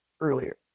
earlier